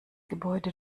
gebäude